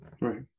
right